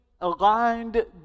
aligned